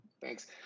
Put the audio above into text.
Thanks